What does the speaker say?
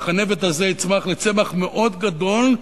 הנבט הזה יצמח לצמח מאוד גדול,